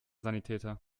sanitäter